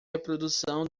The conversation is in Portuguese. reprodução